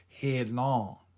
headlong